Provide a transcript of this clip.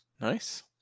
nice